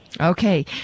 Okay